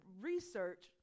research